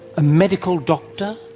a medical doctor,